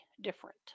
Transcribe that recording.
different